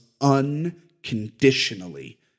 unconditionally